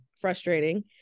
frustrating